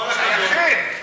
אתה היחיד.